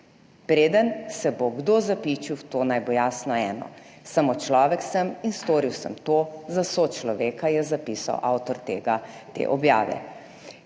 Preden se bo kdo zapičil v to, naj bo jasno eno samo, človek sem in storil sem to za sočloveka, je zapisal avtor tega te objave.